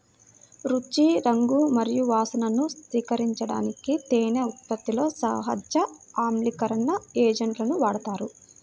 రుచి, రంగు మరియు వాసనను స్థిరీకరించడానికి తేనె ఉత్పత్తిలో సహజ ఆమ్లీకరణ ఏజెంట్లను వాడతారు